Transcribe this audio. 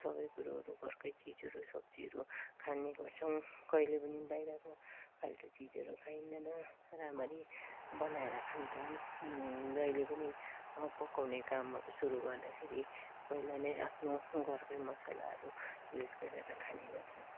सबै कुरोहरू घरकै चिजहरू सब्जीहरू खाने गर्छौँ कहिले पनि बाहिरको फाल्टो चिजहरू खाइँदैन राम्ररी बनाएर खान्छौँ जहिले पनि पकाउने कामहरू सुरु गर्दाखेरि पहिला नै आफ्नो घरको मसालाहरू युज गरेर खाने गर्छौँ